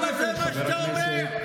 אבל זה מה שאתה אומר,